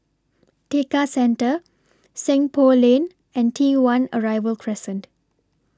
Tekka Centre Seng Poh Lane and T one Arrival Crescent